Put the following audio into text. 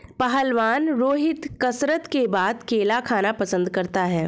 पहलवान रोहित कसरत के बाद केला खाना पसंद करता है